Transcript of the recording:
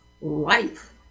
life